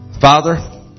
Father